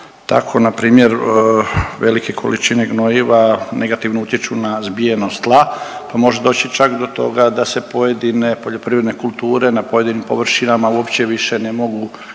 tako npr. velike količine gnojiva negativno utječu na zbijenost tla, pa može doći čak do toga da se pojedine poljoprivredne kulture na pojedinim površinama uopće više ne mogu